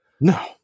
No